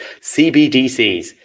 CBDCs